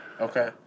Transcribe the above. Okay